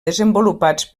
desenvolupats